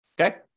Okay